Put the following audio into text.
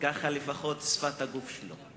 ככה לפחות היתה שפת הגוף שלו.